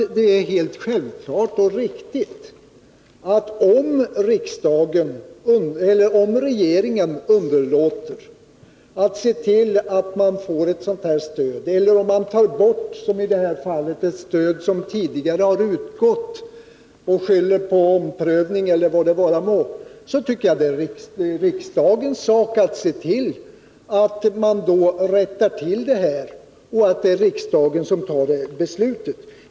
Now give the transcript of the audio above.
Det är helt självklart att om regeringen underlåter att se till att sådant stöd utgår eller — som i det här fallet — tar bort ett stöd som tidigare utgått och skyller på omprövning eller vad det må vara, är det riksdagens sak att se till att detta rättas till och riksdagen som fattar det beslutet.